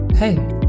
Hey